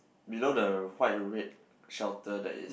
below the white and red shelter there is